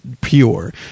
pure